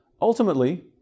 Ultimately